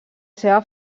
seva